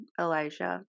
Elijah